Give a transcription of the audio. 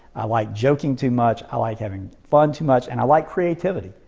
i like joking too much. i like having fun too much, and i like creativity.